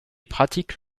pratique